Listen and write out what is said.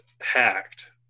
hacked